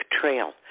trail